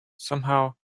somehow